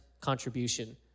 contribution